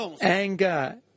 anger